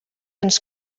ens